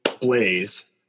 Blaze